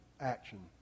action